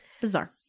bizarre